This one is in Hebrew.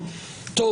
בסדר.